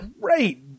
great